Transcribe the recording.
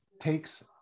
takes